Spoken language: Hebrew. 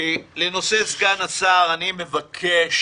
לנושא סגן השר, אני מבקש,